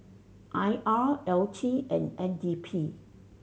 I R L T and N D P